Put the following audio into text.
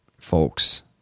folks